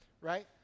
right